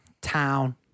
town